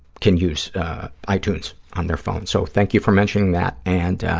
can use itunes on their phone, so thank you for mentioning that, and